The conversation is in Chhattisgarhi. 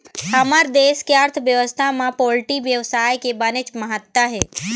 हमर देश के अर्थबेवस्था म पोल्टी बेवसाय के बनेच महत्ता हे